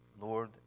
Lord